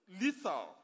lethal